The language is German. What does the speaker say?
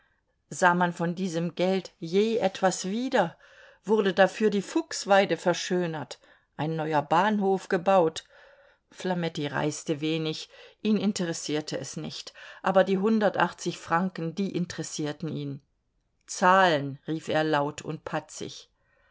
sah man von diesem geld je etwas wieder wurde dafür die fuchsweide verschönert ein neuer bahnhof gebaut flametti reiste wenig ihn interessierte es nicht aber die hundertachtzig franken die interessierten ihn zahlen rief er laut und patzig